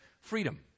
freedom